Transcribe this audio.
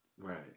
right